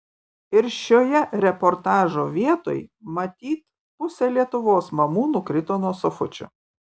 ir šitoje reportažo vietoj matyt pusė lietuvos mamų nukrito nuo sofučių